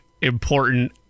important